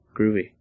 Groovy